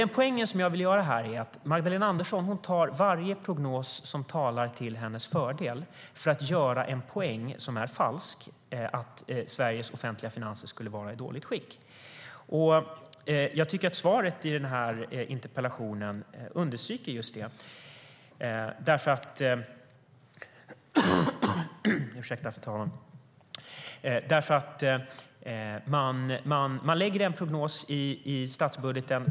Den poäng jag vill göra är att Magdalena Andersson tar varje prognos som talar till hennes fördel till intäkt för att göra en poäng som är falsk, nämligen att Sveriges offentliga finanser skulle vara i dåligt skick. Svaret på den här interpellationen understryker just det. Regeringen gör en prognos i statsbudgeten.